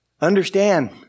Understand